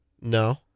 No